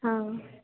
ಹಾಂ